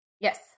Yes